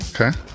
Okay